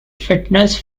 fitness